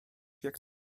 jak